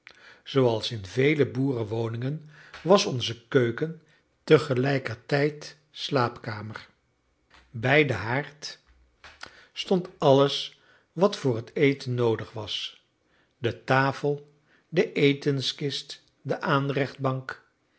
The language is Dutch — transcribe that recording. zooals in vele boerenwoningen was onze keuken tegelijkertijd slaapkamer bij den haard stond alles wat voor het eten noodig was de tafel de etenskist de aanrechtbank